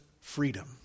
freedom